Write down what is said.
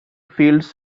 fields